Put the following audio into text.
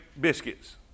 biscuits